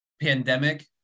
pandemic